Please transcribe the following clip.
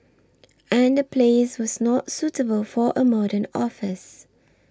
and the place was not suitable for a modern office